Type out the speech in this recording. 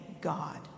God